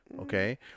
Okay